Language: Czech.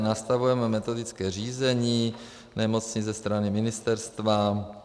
Nastavujeme metodické řízení nemocnic ze strany ministerstva.